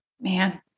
Man